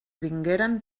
vingueren